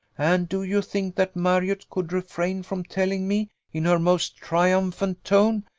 and do you think that marriott could refrain from telling me, in her most triumphant tone,